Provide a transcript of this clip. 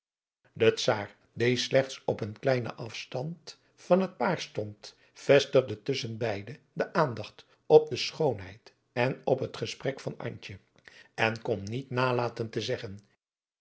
de czaar die slechts op een kleinen afstand van het paar stond vestigde tusschen beide de aandacht op de schoonheid en op het gesprek van antje en kon niet nalaten te zeggen